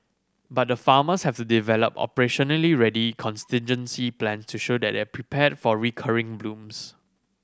but the farmers have to develop operationally ready contingency plan to show that they are prepared for recurring blooms